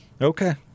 Okay